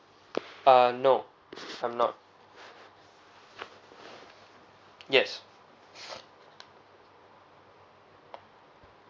uh no I'm not yes